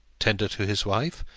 tender to his wife,